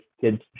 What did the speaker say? kid's